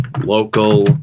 local